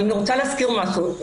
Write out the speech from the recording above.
אני רוצה להזכיר משהו.